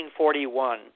1941